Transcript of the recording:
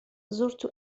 زرت